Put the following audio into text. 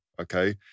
Okay